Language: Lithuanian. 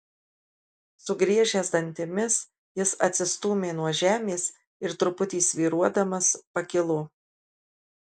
sugriežęs dantimis jis atsistūmė nuo žemės ir truputį svyruodamas pakilo